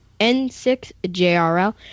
N6JRL